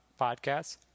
podcasts